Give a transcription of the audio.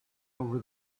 over